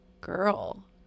girl